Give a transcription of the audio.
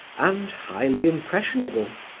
and highly impressionable.